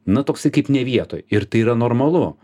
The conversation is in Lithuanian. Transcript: na toksai kaip ne vietoj ir tai yra normalu